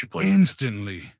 instantly